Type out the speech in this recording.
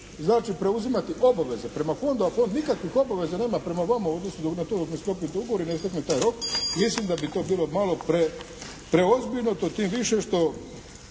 preuzimati obaveze prema fondu a fond nikakvih obaveza nema prema vama u odnosu na to dok ne sklopite ugovor i ne istekne taj rok, mislim da bi to bilo malo preozbiljno to tim više što